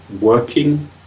working